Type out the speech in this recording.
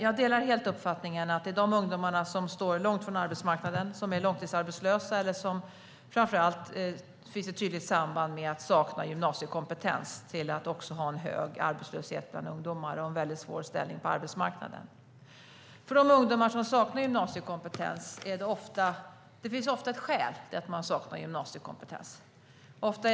Jag delar helt uppfattningen att de ungdomar som står långt från arbetsmarknaden är de långtidsarbetslösa och framför allt - där finns ett tydligt samband - de som saknar gymnasiekompetens. De har en mycket svår ställning på arbetsmarknaden. Det finns ofta ett skäl till att man saknar gymnasiekompetens.